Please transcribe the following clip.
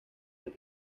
del